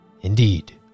Indeed